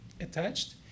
attached